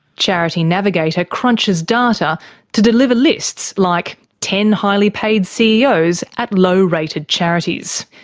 charity navigator crunches data to deliver lists like ten highly paid ceos at low rated charities.